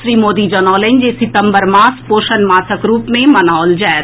श्री मोदी जनौलनि जे सितंबर मास पोषण मासक रूप मे मनाओल जाएत